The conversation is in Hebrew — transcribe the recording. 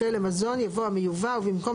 אחרי "למזון" ייבוא "המיובא" ובמקום